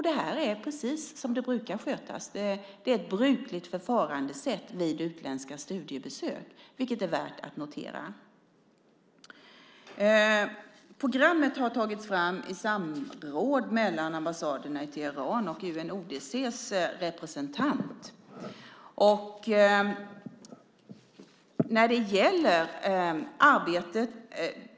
Det är precis så här det brukar skötas. Det är ett brukligt förfarandesätt vid utländska studiebesök, vilket är värt att notera. Programmet har tagits fram i samråd mellan ambassaden i Teheran och UNODC:s representant.